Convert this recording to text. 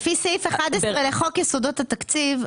לפי סעיף 11 לחוק יסודות התקציב,